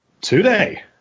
Today